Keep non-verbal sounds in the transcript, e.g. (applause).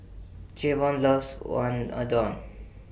Javon loves (unintelligible)